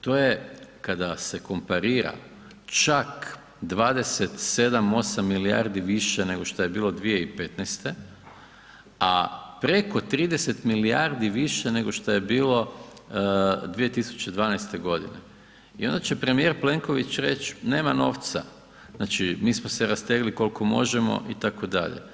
To je kada se komparira čak 27, 28 milijardi više nego šta je bilo 2015. a preko 30 milijardi više nego šta je bilo 2012. g. i onda će premijer Plenković reći nema novca, znači mi smo se rastegli koliko možemo itd.